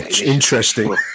interesting